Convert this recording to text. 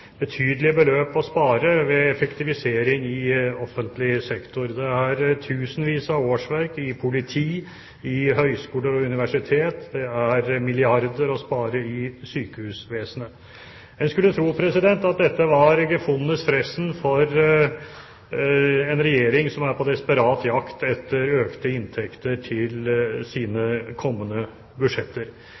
betydelige beløp å spare ved effektivisering i offentlig sektor. Man kan spare tusenvis av årsverk i politiet og ved høyskoler og universiteter, og det er milliarder å spare i sykehusvesenet. En skulle tro at dette var gefundenes fressen for en regjering som er på desperat jakt etter økte inntekter til sine kommende budsjetter.